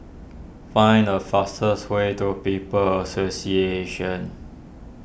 find the fastest way to People's Association